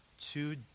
two